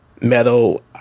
metal